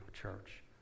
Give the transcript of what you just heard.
church